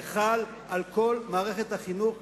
זה חל על כל מערכת החינוך,